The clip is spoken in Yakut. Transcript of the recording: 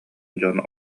дьон